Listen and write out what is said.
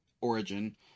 origin